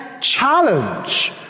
challenge